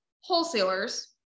wholesalers